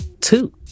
two